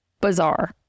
bizarre